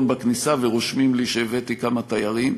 בכניסה ורושמים לי שהבאתי כמה תיירים,